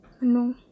no